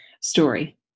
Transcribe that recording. story